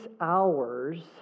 hours